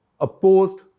opposed